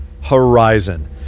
Horizon